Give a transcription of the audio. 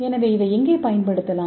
எனவே இதை எங்கே பயன்படுத்தலாம்